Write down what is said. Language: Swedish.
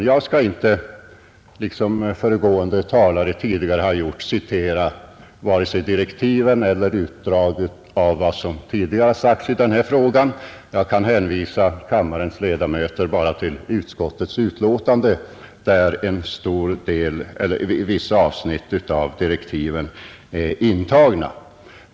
Jag skall inte, såsom föregående talare, citera vare sig direktiven eller utdrag av vad som tidigare sagts i denna fråga; jag kan hänvisa kammarens ledamöter till utskottets betänkande, där vissa avsnitt av direktiven är intagna.